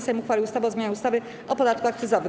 Sejm uchwalił ustawę o zmianie ustawy o podatku akcyzowym.